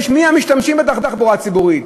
מי הם המשתמשים בתחבורה הציבורית?